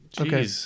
Okay